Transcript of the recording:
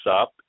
up